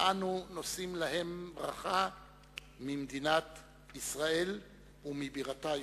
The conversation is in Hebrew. ואנו נושאים להם ברכה ממדינת ישראל ומבירתה ירושלים.